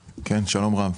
טמבור.